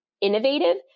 innovative